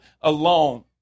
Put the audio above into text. alone